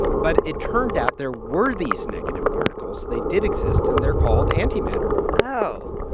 but it turned out there were these negative particles. they did exist, and they're called antimatter oh,